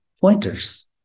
pointers